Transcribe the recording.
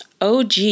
OG